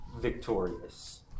victorious